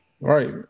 Right